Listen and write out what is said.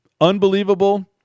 unbelievable